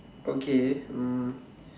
okay um